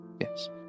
Yes